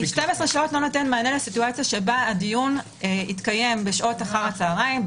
כי 12 שעות לא נותן מענה למצב שבו הדיון התקיים בשעות אחר הצהריים,